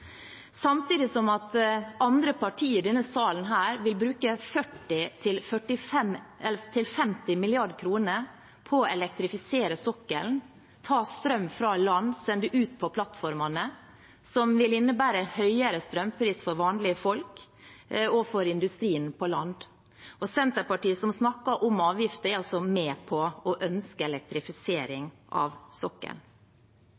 samtidig som andre partier i denne salen vil bruke 40–50 mrd. kr på å elektrifisere sokkelen, ta strøm fra land og sende det ut til plattformene, som vil innebære en høyere strømpris for vanlige folk og for industrien på land. Senterpartiet, som snakker om avgifter, er med på å ønske